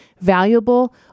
valuable